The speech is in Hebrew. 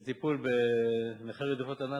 לטיפול בנכי רדיפות הנאצים,